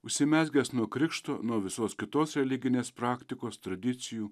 užsimezgęs nuo krikšto nuo visos kitos religinės praktikos tradicijų